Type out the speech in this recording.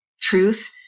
truth